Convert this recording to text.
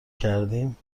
کردیم